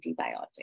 antibiotic